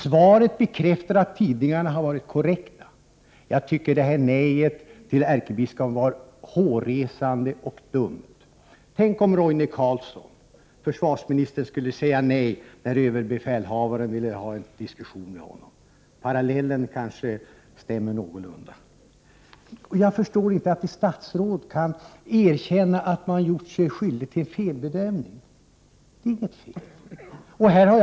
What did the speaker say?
Svaret bekräftar att tidningsuppgifterna var korrekta. Jag tycker att detta nej till ärkebiskopen var hårresande och dumt. Tänk om Roine Carlsson, försvarsministern, skulle säga nej när överbefälhavaren vill ha en diskussion med honom. Parallellen kanske stämmer någorlunda. Jag förstår inte att ett statsråd inte kan erkänna att man har gjort sig skyldig till en felbedömning. Det är inte fel att göra så.